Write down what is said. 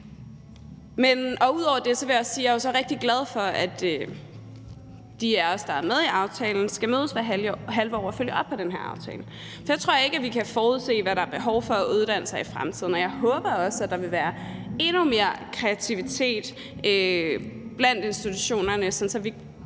jeg er rigtig glad for, at de af os, der er med i aftalen, skal mødes hvert halve år og følge op på den her aftale. For jeg tror ikke, vi kan forudse, hvad der er behov for af uddannelser i fremtiden, og jeg håber også, at der vil være endnu mere kreativitet blandt institutionerne, sådan